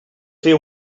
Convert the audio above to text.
fer